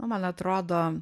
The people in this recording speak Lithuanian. o man atrodo